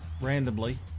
randomly